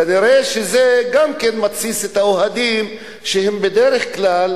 כנראה גם זה מתסיס את האוהדים שבדרך כלל